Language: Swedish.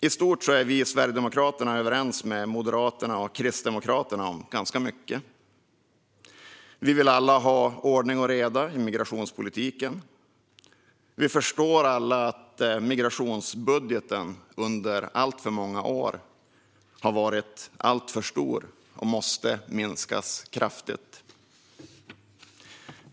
I stort är vi i Sverigedemokraterna överens med Moderaterna och Kristdemokraterna om ganska mycket. Vi vill alla ha ordning och reda i migrationspolitiken, och vi förstår alla att migrationsbudgeten under alltför många år har varit alltför stor och måste minskas kraftigt.